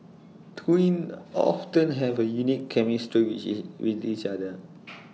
twins often have A unique chemistry with with each other